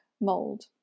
mold